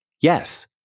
yes